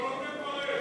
מדוע לא תפרט?